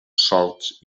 solts